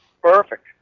Perfect